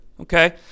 okay